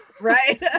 Right